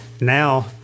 now